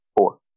four